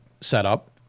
setup